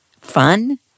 fun